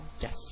Yes